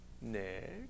Next